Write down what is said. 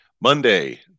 monday